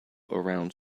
around